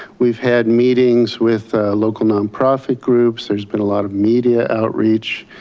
we've had meetings with local non-profit groups. there's been a lot of media outreach.